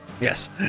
Yes